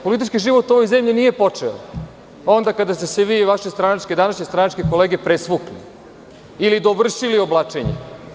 Politički život u ovoj zemlji nije počeo onda kada ste se vi i vaše današnje stranačke kolege presvukli ili dovršili oblačenje.